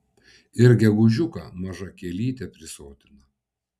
ir gegužiuką maža kielytė prisotina